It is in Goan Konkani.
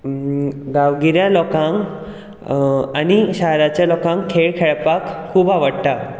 गांवगिऱ्या लोकांक आनी शाराच्या लोकांक खेळ खेळपाक खूब आवडटा